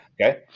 Okay